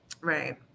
right